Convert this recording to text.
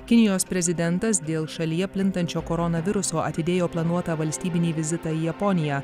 kinijos prezidentas dėl šalyje plintančio koronaviruso atidėjo planuotą valstybinį vizitą į japoniją